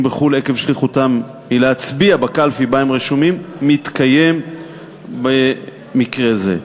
בחו"ל עקב שליחותם מלהצביע בקלפי שבה הם רשומים מתקיים במקרה זה,